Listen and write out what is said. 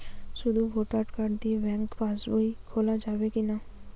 শুধু voter card দিয়ে bank pass বই খোলা যাবে কিনা?